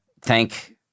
thank